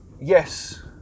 Yes